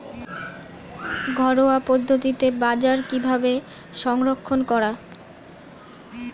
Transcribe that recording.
ঘরোয়া পদ্ধতিতে গাজর কিভাবে সংরক্ষণ করা?